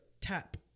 tap